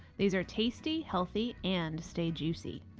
these are tasty, healthy and stay juicy.